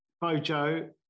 Bojo